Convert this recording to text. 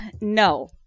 No